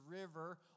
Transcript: river